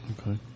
Okay